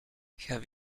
have